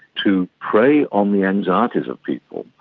to prey on the anxieties of people.